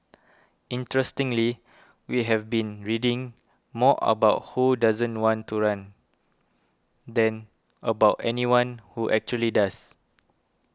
interestingly we have been reading more about who doesn't want to run than about anyone who actually does